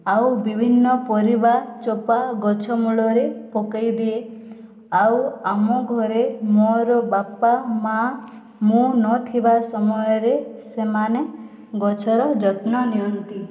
ଆଉ ବିଭିନ୍ନ ପରିବା ଚୋପା ଗଛ ମୂଳରେ ପକାଇଦିଏ ଆଉ ଆମ ଘରେ ମୋର ବାପା ମାଆ ମୁଁ ନଥିବା ସମୟରେ ସେମାନେ ଗଛର ଯତ୍ନ ନିଅନ୍ତି